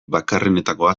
bakarrenetakoa